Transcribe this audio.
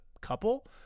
couple